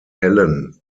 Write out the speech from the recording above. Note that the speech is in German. hellen